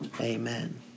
Amen